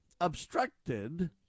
obstructed